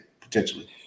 potentially